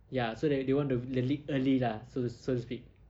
ya so they they want to win the league early lah so so to speak